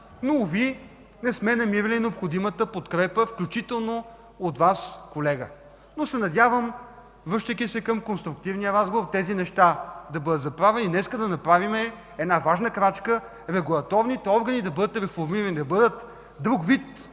но уви не сме намирали необходимата подкрепа, включително от Вас, колега. Надявам се, връщайки се към конструктивния разговор тези неща да бъдат забравени и днес да направим важна крачка регулаторните органи да бъдат реформирани, да бъдат друг вид